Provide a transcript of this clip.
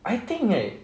I think right